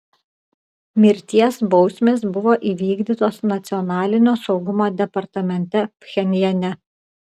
mirties bausmės buvo įvykdytos nacionalinio saugumo departamente pchenjane